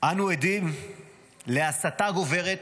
אנו עדים להסתה גוברת